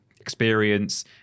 experience